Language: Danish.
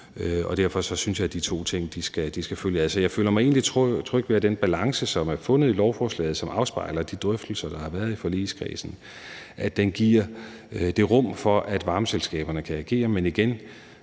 og derfor synes jeg, de to ting skal følges ad. Så jeg føler mig rimelig tryg ved, at den balance, som er fundet i lovforslaget, og som afspejler de drøftelser, der har været i forligskredsen, giver det rum for, at varmeselskaberne kan agere.